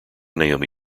naomi